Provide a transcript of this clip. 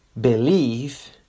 believe